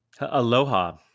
Aloha